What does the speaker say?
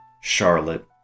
Charlotte